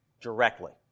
directly